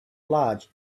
large